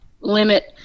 limit